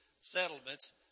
settlements